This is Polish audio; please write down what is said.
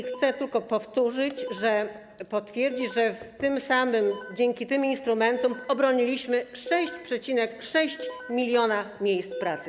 Chcę tylko powtórzyć, potwierdzić, że tym samym dzięki tym instrumentom obroniliśmy 6,6 mln miejsc pracy.